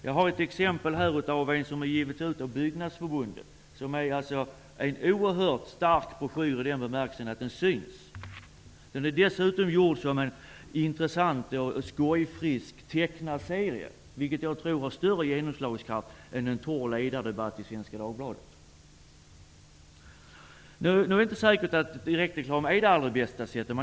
Jag har ett exempel på sådan reklam från Byggnadsarbetareförbundet. Det är en oerhört stark broschyr i den bemärkelsen att den syns. Dessutom är den gjord som en intressant och skojfrisk tecknad serie. Jag tror att sådant har större genomslagskraft än en torr ledardebatt i Men det är inte säkert att direktreklam är det allra bästa sättet.